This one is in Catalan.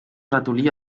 ratolí